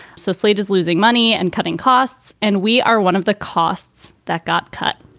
so slatest losing money and cutting costs and we are one of the costs that got cut.